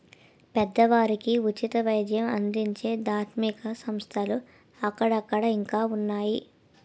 పేదవారికి ఉచిత వైద్యం అందించే ధార్మిక సంస్థలు అక్కడక్కడ ఇంకా ఉన్నాయి